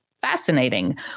fascinating